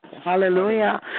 Hallelujah